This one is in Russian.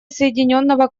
соединенного